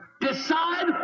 Decide